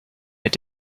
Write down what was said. mit